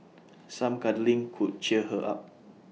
some cuddling could cheer her up